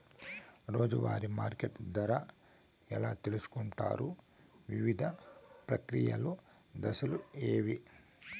రోజూ వారి మార్కెట్ ధర ఎలా తెలుసుకొంటారు వివిధ ప్రక్రియలు దశలు ఏవి?